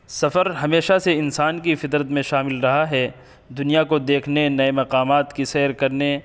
سفر ہمیشہ سے انسان کی فطرت میں شامل رہا ہے دنیا کو دیکھنے نئے مقامات کی سیر کرنے